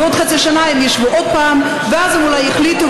ועוד חצי שנה הם ישבו ועוד פעם ואז הם אולי יחליטו